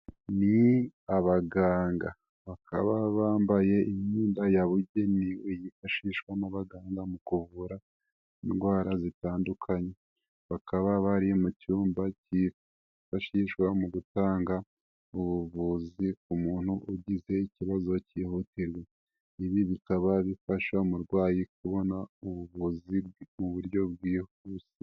Ni abaganga bakaba bambaye imyenda ya wigenewe yifashishwa n'abagangada mu kuvura indwara zitandukanye, bakaba bari mu cyumba cyifashishwa mu gutanga ubuvuzi ku muntu ugize ikibazo cy cyihutirwa, ibi bikaba bifasha umurwayi kubona ubuvuzi mu buryo bwihuse.